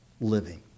living